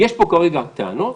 יש פה כרגע טענות